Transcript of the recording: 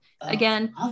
again